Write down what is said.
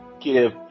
give